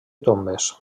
tombes